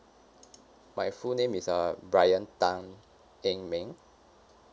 my full name is uh brian tan eng meng